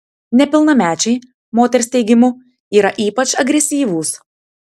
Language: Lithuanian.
nepilnamečiai moters teigimu yra ypač agresyvūs